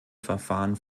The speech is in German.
verfahren